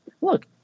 look